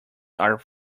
are